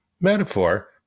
Metaphor